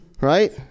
right